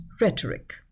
rhetoric